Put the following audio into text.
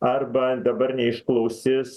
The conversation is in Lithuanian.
arba dabar neišklausis